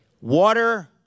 water